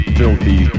filthy